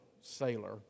sailor